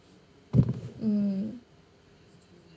mm